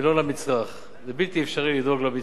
זה בלתי אפשרי לדאוג למצרך, מכיוון שהמצרך